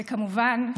וכמובן,